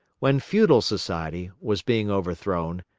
when feudal society was being overthrown,